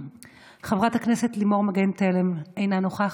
חברת הכנסת לימור מגן תלם, אינה נוכחת,